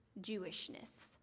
Jewishness